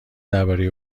درباره